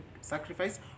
sacrifice